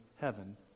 heaven